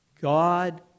God